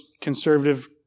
conservative